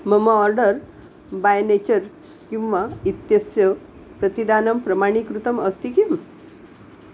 मम order by nature किम्मा इत्यस्य प्रतिदानं प्रमाणीकृतम् अस्ति किम्